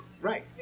Right